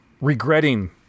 regretting